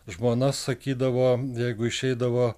žmona sakydavo jeigu išeidavo